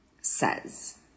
says